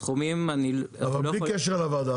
אבל בלי קשר לוועדה,